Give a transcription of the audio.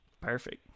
perfect